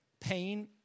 pain